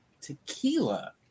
tequila